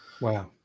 Wow